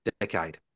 decade